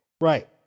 Right